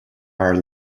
are